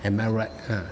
am I right ah